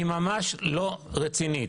היא ממש לא רצינית.